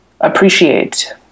appreciate